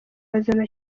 bazana